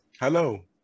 Hello